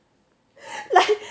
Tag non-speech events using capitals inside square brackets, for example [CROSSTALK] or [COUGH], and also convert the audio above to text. [LAUGHS]